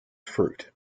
fruit